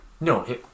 No